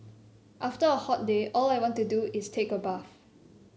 after a hot day all I want to do is take a bath